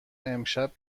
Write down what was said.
امشب